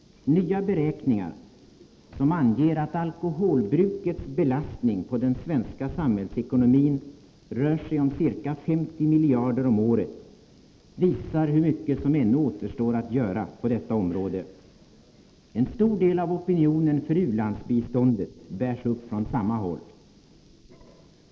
Nya beräkningar som anger att alkoholbrukets belastning på den svenska samhällsekonomin rör sig om ca 50 miljarder om året visar hur mycket som ännu återstår att göra på detta område. En stor del av opinionen för u-landsbiståndet bärs upp från samma håll.